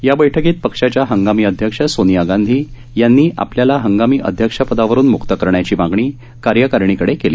या बैठकीत पक्षाच्या हंगामी अध्यक्ष सोनिया गांधी यांनी आपल्याला हंगामी अध्यक्ष पदावरून मुक्त करण्याची मागणी कार्यकारिणीकडे केली